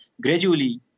gradually